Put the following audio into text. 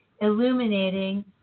illuminating